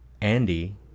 Andy